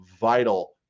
vital